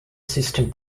system